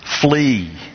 Flee